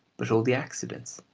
but all the accidents,